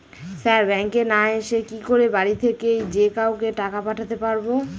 Sir ব্যাঙ্কে না এসে কি করে বাড়ি থেকেই যে কাউকে টাকা পাঠাতে পারবো?